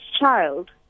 child